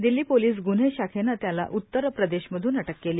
Delhi police ग्न्हे शाखेने त्याला उतर प्रदेशमधून अटक केली